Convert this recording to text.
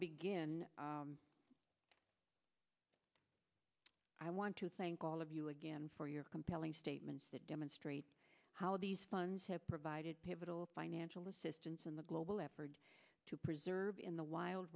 begin i want to thank all of you again for your compelling statements that demonstrate how these funds have provided pivotal financial assistance in the global effort to preserve in the wild